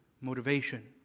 motivation